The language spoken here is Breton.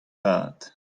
pad